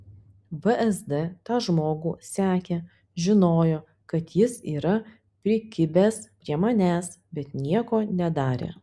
vsd tą žmogų sekė žinojo kad jis yra prikibęs prie manęs bet nieko nedarė